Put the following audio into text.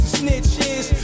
snitches